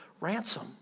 ransom